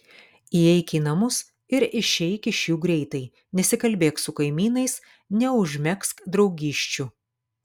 įeik į namus ir išeik iš jų greitai nesikalbėk su kaimynais neužmegzk draugysčių